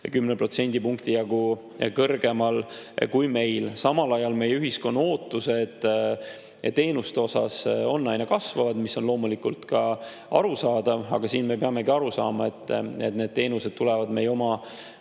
10% jagu kõrgem kui meil. Samal ajal meie ühiskonna ootused teenuste osas aina kasvavad, mis on loomulikult ka arusaadav, aga siin me peamegi aru saama, et need teenused tulevad meie oma